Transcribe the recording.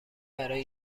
برای